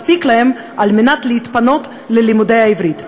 מספיק להם על מנת להתפנות ללימודי העברית.